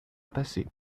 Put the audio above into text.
passé